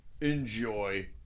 enjoy